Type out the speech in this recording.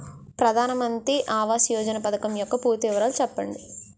ప్రధాన మంత్రి ఆవాస్ యోజన పథకం యెక్క పూర్తి వివరాలు చెప్పండి?